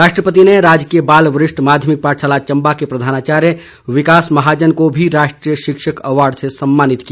राष्ट्रपति ने राजकीय बाल वरिष्ठ माध्यमिक पाठशाला चंबा के प्रधानाचार्य विकास महाजन को भी राष्ट्रीय शिक्षक अवार्ड से सम्मानित किया